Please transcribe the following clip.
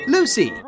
Lucy